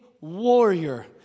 warrior